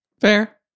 Fair